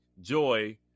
joy